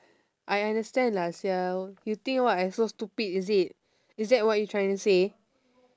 I understand lah sial you think [what] I so stupid is it is that what you're trying to say